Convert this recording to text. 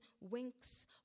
winks